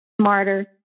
smarter